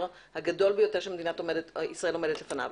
הגדול ביותר שמדינת ישראל עומדת בפניו.